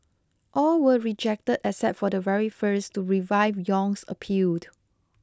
all were rejected except for the very first to revive Yong's appealed